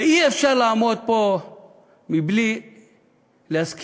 ואי-אפשר לעמוד פה בלי להזכיר,